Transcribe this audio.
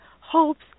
hopes